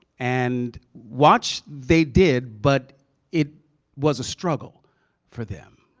and watch they did, but it was a struggle for them.